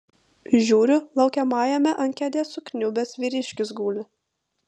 žiūriu laukiamajame ant kėdės sukniubęs vyriškis guli